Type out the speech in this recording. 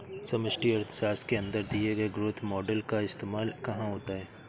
समष्टि अर्थशास्त्र के अंदर दिए गए ग्रोथ मॉडेल का इस्तेमाल कहाँ होता है?